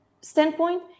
standpoint